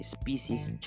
species